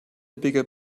bigger